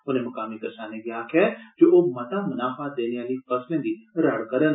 उन्ने मुकामी करसानें गी आखेआ ऐ जे ओह मता मुनाफा देने आहली फसलें दी रड़ करन